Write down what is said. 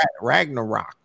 Ragnarok